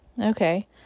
Okay